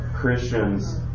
Christians